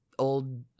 old